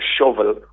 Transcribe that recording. shovel